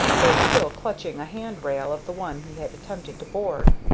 though still clutching a hand-rail of the one he had attempted to board.